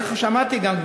ככה שמעתי גם,